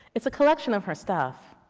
it's a collection of her stuff.